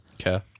Okay